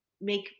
make